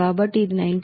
కాబట్టి ఇది 90